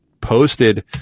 posted